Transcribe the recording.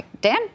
Dan